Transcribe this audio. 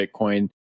Bitcoin